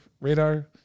radar